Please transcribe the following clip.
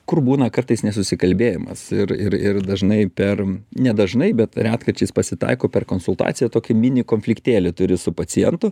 kur būna kartais nesusikalbėjimas ir ir ir dažnai per nedažnai bet retkarčiais pasitaiko per konsultaciją tokį mini konfliktėlį turi su pacientu